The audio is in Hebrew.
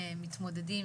מתמודדים,